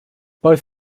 both